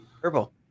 Purple